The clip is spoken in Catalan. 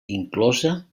inclosa